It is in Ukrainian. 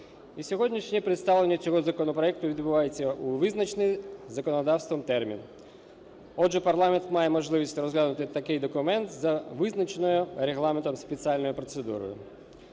сьогоднішнє представлення цього законопроекту відбувається у визначений законодавством термін. Отже, парламент має можливість розглянути такий документ за визначеною Регламентом спеціальною процедурою.